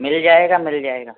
मिल जाएग मिल जाएग